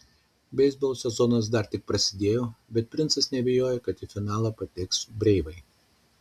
beisbolo sezonas dar tik prasidėjo bet princas neabejoja kad į finalą pateks breivai